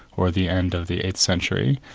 or the end of the eighth century,